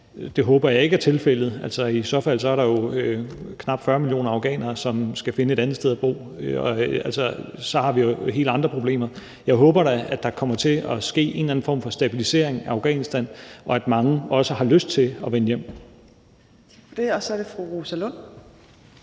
Det håber jeg ikke er tilfældet, for i så fald er der jo knap 40 millioner afghanere, som skal finde et andet sted at bo, og så har vi jo helt andre problemer. Jeg håber da, at der kommer til at ske en eller anden form for stabilisering af Afghanistan, og at mange også har lyst til at vende hjem. Kl. 18:35 Tredje næstformand